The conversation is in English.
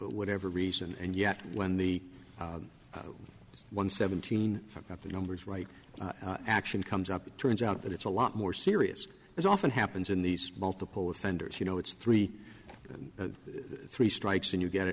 whatever reason and yet when the one seventeen forgot the numbers right action comes up turns out that it's a lot more serious as often happens in these multiple offenders you know it's three three strikes and you get